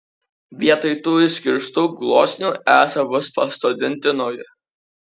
vietoj tų iškirstų gluosnių esą bus pasodinti nauji